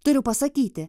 turiu pasakyti